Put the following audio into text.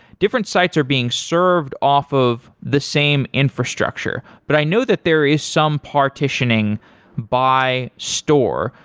different sites are being served off of the same infrastructure, but i know that there is some partitioning by store.